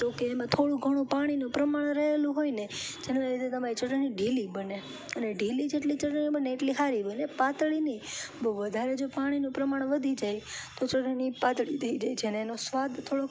તો કે એમાં થોડું ઘણું પાણીનું પ્રમાણ રહેલું હોયને જેનાં લીધે તમારી ચટણી ઢીલી બને અને ઢીલી જેટલી ચટણી બને એટલી સારી બને પાતળી નહીં બહુ વધારે જો પાણીનું પ્રમાણ વધી જાય તો ચટણી પાતળી થઈ જાય છે ને એનો સ્વાદ થોડોક